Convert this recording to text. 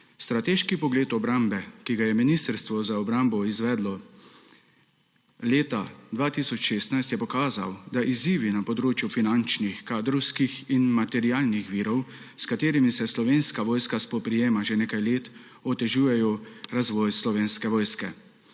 Strateški pregled obrambe, ki ga je Ministrstvo za obrambo izvedlo leta 2016, je pokazal, da izzivi na področju finančnih, kadrovskih in materialnih virov, s katerimi se Slovenska vojska spoprijema že nekaj let, otežujejo razvoj slovenske vojske.